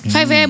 Five